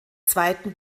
zweiten